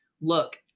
look